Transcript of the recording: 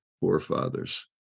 forefathers